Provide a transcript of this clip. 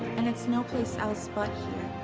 and it's no place else but